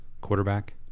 quarterback